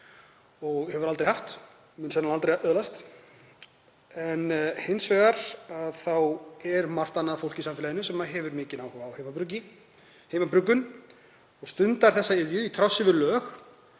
og hefur aldrei haft og mun sennilega aldrei öðlast, en hins vegar er margt annað fólk í samfélaginu sem hefur mikinn áhuga á heimabruggun og stundar þá iðju í trássi við lög